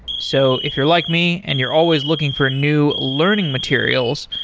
so if you're like me and you're always looking for new learning materials,